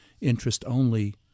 interest-only